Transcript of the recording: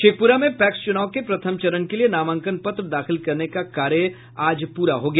शेखप्रा में पैक्स चूनाव के प्रथम चरण के लिये नामांकन पत्र दाखिल करने का कार्य आज पूरा हो गया